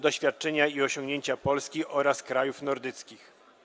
Doświadczenia i osiągnięcia Polski oraz krajów nordyckich”